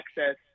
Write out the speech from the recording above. access